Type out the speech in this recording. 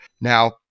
Now